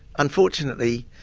unfortunately.